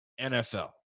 NFL